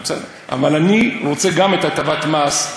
אבל אני רוצה גם את הטבת המס,